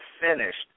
finished